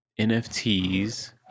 NFTs